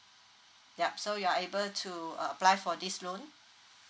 yup so you are able to uh apply for this loan